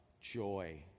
joy